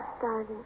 Darling